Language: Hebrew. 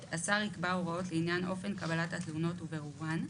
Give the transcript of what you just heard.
השר יקבע הוראות לעניין אופן קבלת התלונות ובירורן,